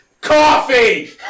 Coffee